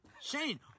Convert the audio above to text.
Shane